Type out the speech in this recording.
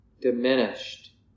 diminished